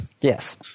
Yes